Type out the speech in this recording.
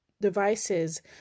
devices